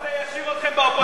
החוק הזה ישאיר אתכם באופוזיציה